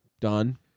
done